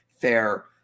fair